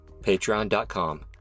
patreon.com